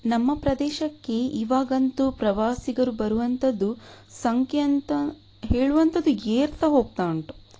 ನಮ್ಮ ಪ್ರದೇಶಕ್ಕೆ ಇವಾಗಂತೂ ಪ್ರವಾಸಿಗರು ಬರುವಂಥದ್ದು ಸಂಖ್ಯೆ ಅಂತ ಹೇಳುವಂಥದ್ದು ಏರ್ತಾ ಹೋಗ್ತಾ ಉಂಟು